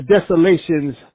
desolations